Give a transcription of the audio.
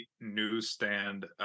newsstand